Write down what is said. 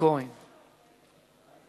סעיף 7